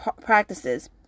practices